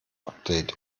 update